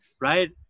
Right